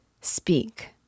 Speak